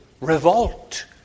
revolt